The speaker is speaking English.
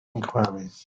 inquiries